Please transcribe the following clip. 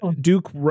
Duke